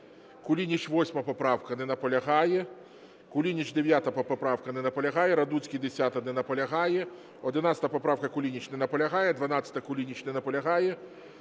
Кулініч, 8 поправка. Не наполягає. Кулініч, 9 поправка. Не наполягає. Радуцький, 10-а. Не наполягає. 11 поправка, Кулініч. Не наполягає. 12-а, Кулініч. Не наполягає.